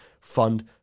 fund